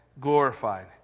glorified